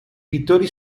pittori